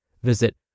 Visit